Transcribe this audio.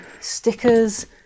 stickers